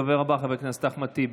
הדובר הבא, חבר הכנסת אחמד טיבי.